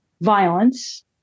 violence